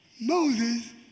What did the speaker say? Moses